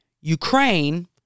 Ukraine